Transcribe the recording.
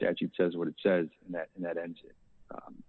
statute says what it says that and that and